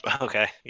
okay